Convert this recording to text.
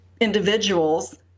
individuals